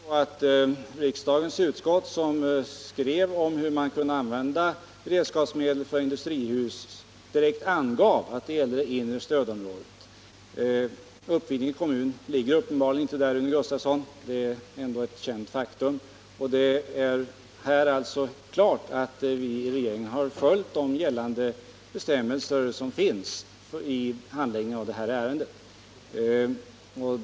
Herr talman! Det förhåller sig så att det riksdagsutskott som skrev om hur beredskapsmedel kunde användas för industrihus direkt angav att det skulle gälla det inre stödområdet. Uppvidinge kommun ligger uppenbarligen inte där, Rune Gustavsson. Det är ändå ett känt faktum. Här är det alltså klart att vi inom regeringen följt de bestämmelser som gäller vid handläggningen av detta ärende.